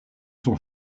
son